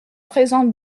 présente